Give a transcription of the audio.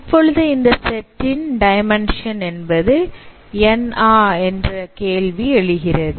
இப்பொழுது இந்த set S ன் டைமென்ஷன் என்பது n ஆ என்று கேள்வி எழுகிறது